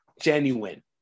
genuine